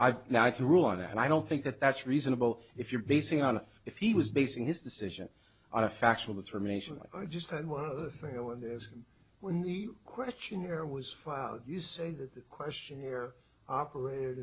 and i don't think that that's reasonable if you're basing on if he was basing his decision on a factual determination like i just had one other thing on this when the questionnaire was filed you say that the questionnaire operate